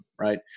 Right